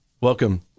welcome